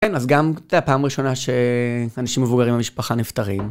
כן, אז גם את הפעם הראשונה שאנשים מבוגרים במשפחה נפטרים.